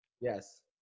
Yes